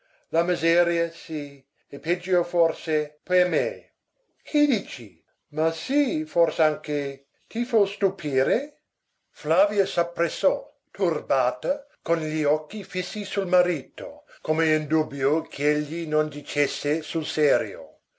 la miseria sì e peggio forse per me che dici ma sì fors'anche ti fo stupire flavia s'appressò turbata con gli occhi fissi sul marito come in dubbio ch'egli non dicesse sul serio